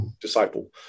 disciple